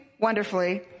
wonderfully